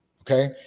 Okay